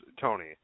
Tony